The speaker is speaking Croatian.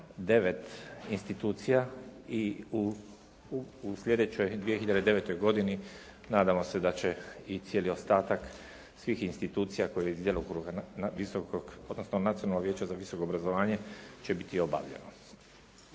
devet institucija i u slijedećoj 2009. godini nadamo se da će i cijeli ostatak svih institucija iz djelokruga Nacionalnog vijeća za visoko obrazovanje će biti obavljeno.